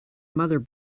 mother